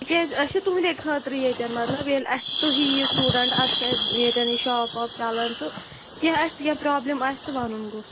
تِکیٛازِ أسۍ چھِ تُہنٛدے خٲطرٕ ییٚتٮ۪ن مطلب ییٚلہِ اَسہِ تُہی یِیِو سِٹوٗڈنٛٹ اَدٕ چھُ اَسہِ ییٚتٮ۪ن یہِ شاپ واپ چَلان تہٕ کیٚنٛہہ آسہِ کیٚنٛہہ پرٛابلِم آسہِ تہٕ وَنُن گوٚژھ